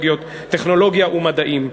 טכנולוגיה ומדעים.